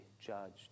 judged